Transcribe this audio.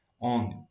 on